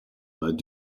led